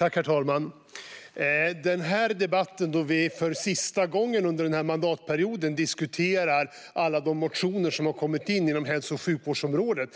Herr talman! Denna debatt, då vi för sista gången under mandatperioden diskuterar alla de motioner som har kommit in inom hälso och sjukvårdsområdet,